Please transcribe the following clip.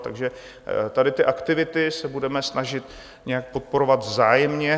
Takže tady ty aktivity se budeme snažit nějak podporovat vzájemně.